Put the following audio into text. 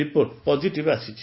report positive ଆସିଛି